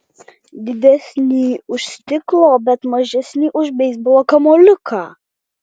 didesni už stiklo bet mažesni už beisbolo kamuoliuką